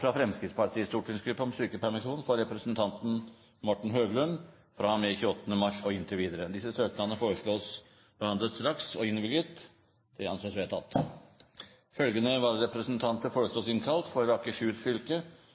fra Fremskrittspartiets stortingsgruppe om sykepermisjon for representanten Morten Høglund fra og med 28. mars og inntil videre Etter forslag fra presidenten ble enstemmig besluttet: Søknadene behandles straks og innvilges. Følgende